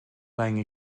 playing